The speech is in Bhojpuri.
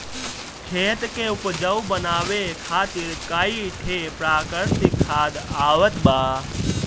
खेत के उपजाऊ बनावे खातिर कई ठे प्राकृतिक खाद आवत बा